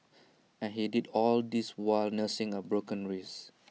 and he did all of this while nursing A broken wrist